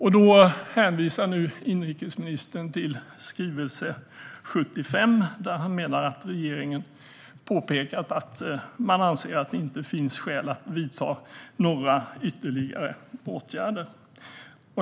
Inrikesministern hänvisar till skrivelse 75, där han menar att regeringen påpekat att man anser att det inte finns skäl att vidta några ytterligare åtgärder.